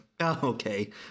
okay